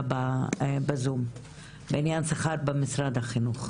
בזום בכל העניין של השכר במשרד החינוך,